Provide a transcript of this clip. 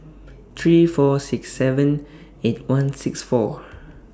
three four six seven eight one six four